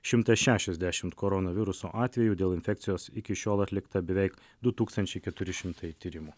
šimtas šešiasdešimt koronaviruso atvejų dėl infekcijos iki šiol atlikta beveik du tūkstančiai keturi šimtai tyrimų